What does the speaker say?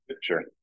sure